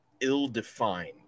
ill-defined